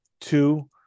two